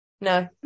no